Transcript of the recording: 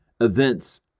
events